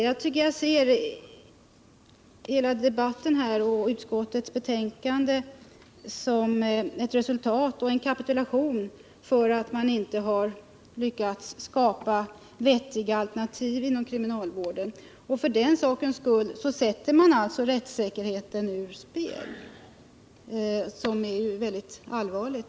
Jag tycker mig se hela debatten och utskottets betänkande som en kapitulation till följd av att man inte har lyckats skapa vettiga alternativ inom kriminalvården. Och för den sakens skull sätter man alltså rättssäkerheten ur spel, vilket är väldigt allvarligt.